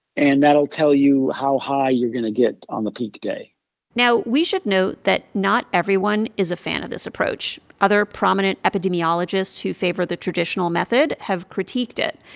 and that'll tell you how high you're going to get on the peak day now, we should note that not everyone is a fan of this approach. other prominent epidemiologists who favor the traditional method have critiqued it.